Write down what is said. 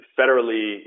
federally